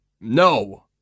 No